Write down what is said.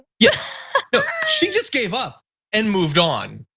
yeah she just gave up and moved on.